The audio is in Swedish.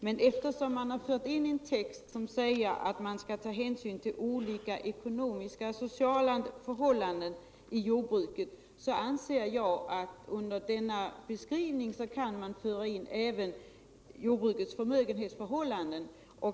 Men eftersom man fört in en text som säger att man skall ta hänsyn till olika ekonomiska och sociala förhållanden i jordbruket, så anser jag alt man under denna beskrivning skall föra in även jordbrukets förmögenhetsförhållanden.